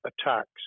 attacks